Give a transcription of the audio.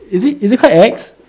is it is it quite ex